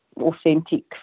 authentic